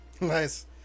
Nice